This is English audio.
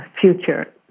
future